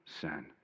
sin